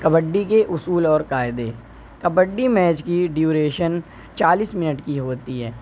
کبڈی کے اصول اور قاعدے کبڈی میچ کی ڈیوریشن چالیس منٹ کی ہوتی ہے